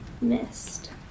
missed